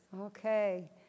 Okay